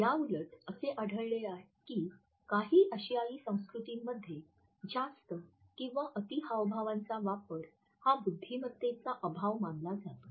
याउलट असे आढळते की काही आशियाई संस्कृतींमध्ये जास्त किंवा अति हावभावांचा वापर हा बुद्धिमत्तेचा अभाव मानला जातो